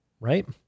right